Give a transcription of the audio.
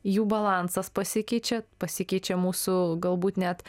jų balansas pasikeičia pasikeičia mūsų galbūt net